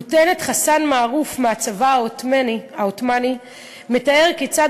לוטננט חסן מערוף מהצבא העות'מאני מתאר כיצד